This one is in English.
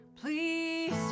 please